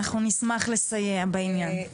אנחנו נשמח לסייע בעניין.